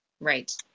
Right